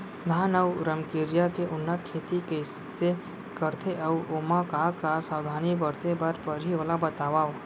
धान अऊ रमकेरिया के उन्नत खेती कइसे करथे अऊ ओमा का का सावधानी बरते बर परहि ओला बतावव?